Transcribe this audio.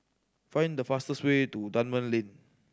find the fastest way to Dunman Lane